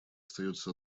остается